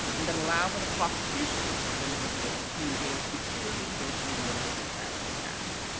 and that allow for the prosecution of individuals who engage in clearly racially motivated violent attacks.